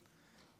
אין דבר כזה.